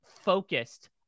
focused